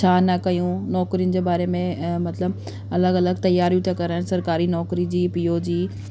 छा न कयूं नौकिरियुनि जे बारे में मतिलबु अलॻि अलॻि तियारियूं था करनि सरकारी नौकिरी जी पी ओ जी